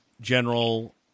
general